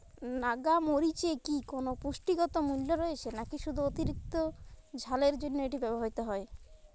নাগা মরিচে কি কোনো পুষ্টিগত মূল্য রয়েছে নাকি শুধু অতিরিক্ত ঝালের জন্য এটি ব্যবহৃত হয়?